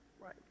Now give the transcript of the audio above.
Right